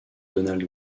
donald